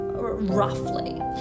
roughly